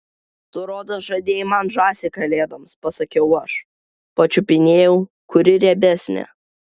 tu rodos žadėjai man žąsį kalėdoms pasakiau aš pačiupinėjau kuri riebesnė